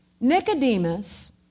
Nicodemus